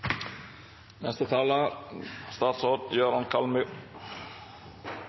Neste taler